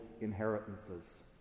inheritances